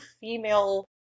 female